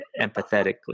empathetically